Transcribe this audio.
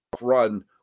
run